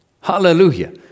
Hallelujah